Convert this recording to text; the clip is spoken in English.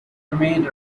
remained